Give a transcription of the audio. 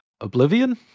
Oblivion